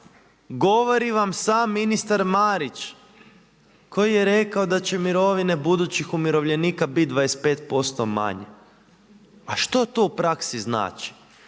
govori vam sam ministar Marić da će mirovine budućih umirovljenika biti 25% manje. A što to u praksi znači?